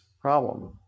problem